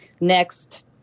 next